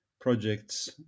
projects